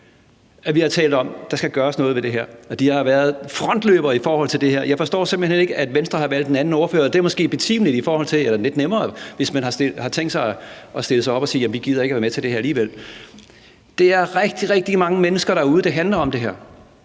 at vi har talt om, at der skal gøres noget ved det her. Og de har været frontløbere i forhold til det her. Jeg forstår simpelt hen ikke, at Venstre har valgt en anden ordfører. Det er måske betimeligt eller lidt nemmere, hvis man har tænkt sig at stille sig op og sige: Jamen vi gider ikke at være med til det her alligevel. Det er rigtig, rigtig mange mennesker derude, det her handler om. Det